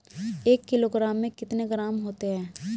एक किलोग्राम में कितने ग्राम होते हैं?